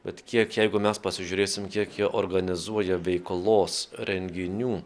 bet kiek jeigu mes pasižiūrėsim kiek jie organizuoja veiklos renginių